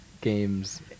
Games